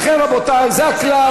לכן, רבותי, זה הכלל.